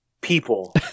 people